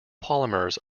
polymers